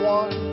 one